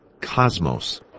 cosmos